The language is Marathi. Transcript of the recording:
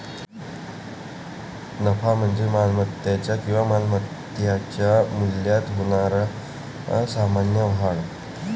नफा म्हणजे मालमत्तेच्या किंवा मालमत्तेच्या मूल्यात होणारी सामान्य वाढ